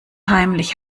heimlich